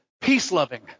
peace-loving